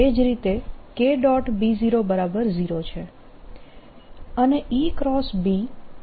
B00 છે અને EB એ પ્રોપગેશનની દિશામાં હશે